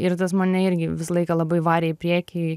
ir tas mane irgi visą laiką labai varė į priekį